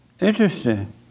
Interesting